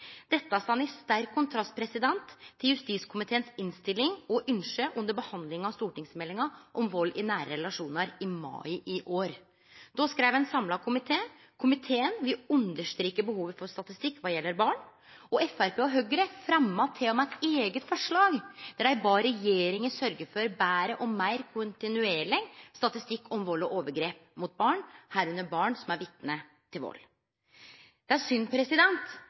Dette står i sterk kontrast til justiskomiteens innstilling og ønske under behandlinga av stortingsmeldinga om vald i nære relasjonar i mai i år. Då skreiv ein samla komité: «Komiteen vil understreke behovet for statistikk hva gjelder vold mot barn.» Framstegspartiet og Høgre fremma til og med eit eige forslag der dei bad regjeringa «sørge for bedre og mer kontinuerlig statistikk om vold og overgrep mot barn, herunder barn som vitne til vold». Det er